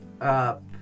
up